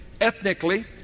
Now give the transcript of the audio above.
ethnically